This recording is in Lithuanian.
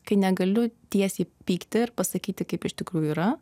kai negaliu tiesiai pykti ir pasakyti kaip iš tikrųjų yra